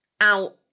out